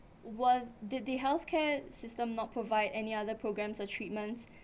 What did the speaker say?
were did the healthcare system not provide any other programmes or treatments